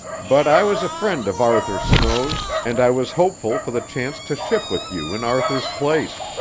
but i was a friend of arthur snow's, and i was hopeful for the chance to ship with you in arthur's place.